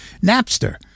napster